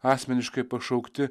asmeniškai pašaukti